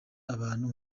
abantu